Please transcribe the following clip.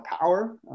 power